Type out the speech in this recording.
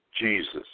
Jesus